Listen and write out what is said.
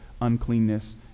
uncleanness